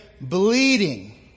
bleeding